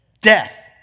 Death